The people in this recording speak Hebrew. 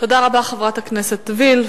תודה רבה, חברת הכנסת וילף.